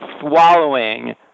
swallowing